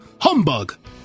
Humbug